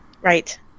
Right